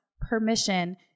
permission